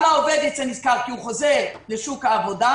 גם העובד ייצא נשכר כי הוא חוזר לשוק העבודה,